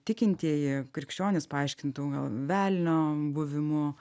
tikintieji krikščionys paaiškintų velnio buvimu